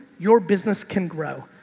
your business can grow.